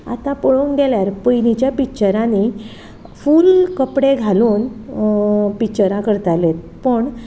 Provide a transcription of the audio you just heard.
आतां पळोवंक गेल्यार पयलींच्या पिक्चरांनी फूल कपडे घालून पिक्चरां करताले पण